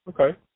Okay